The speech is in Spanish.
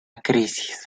crisis